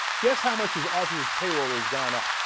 guess how much is all of his payroll is gone up